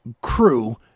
crew